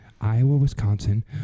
Iowa-Wisconsin